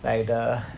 like the